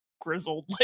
grizzled